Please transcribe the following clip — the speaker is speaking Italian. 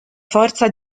forza